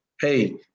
hey